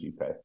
UK